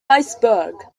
iceberg